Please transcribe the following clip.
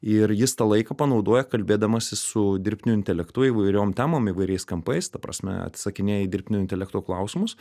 ir jis tą laiką panaudoja kalbėdamasis su dirbtiniu intelektu įvairiom temom įvairiais kampais ta prasme atsisakinėja dirbtinio intelekto klausimus